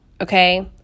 okay